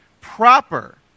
proper